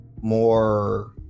more